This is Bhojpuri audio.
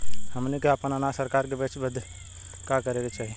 हमनी के आपन अनाज सरकार के बेचे बदे का करे के चाही?